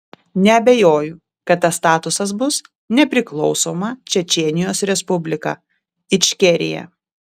neabejoju kad tas statusas bus nepriklausoma čečėnijos respublika ičkerija